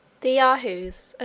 the yahoos, ah